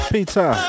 Peter